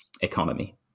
economy